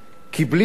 כי בלי זה,